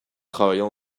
travaillant